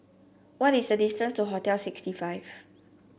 what is the distance to Hostel sixty five